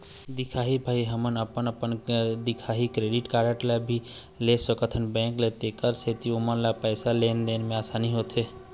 दिखाही भाई हमन अपन अपन दिखाही क्रेडिट कारड भी ले सकाथे बैंक से तेकर सेंथी ओमन ला पैसा लेन देन मा आसानी होथे?